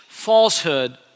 Falsehood